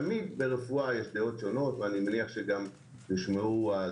תמיד ברפואה יש דעות שונות ואני מניח שגם הן יושמעו.